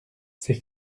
ces